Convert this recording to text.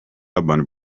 urban